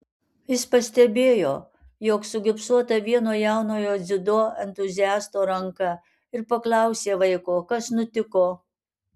jis pastebėjo jog sugipsuota vieno jaunojo dziudo entuziasto ranka ir paklausė vaiko kas nutiko